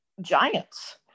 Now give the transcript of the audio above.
giants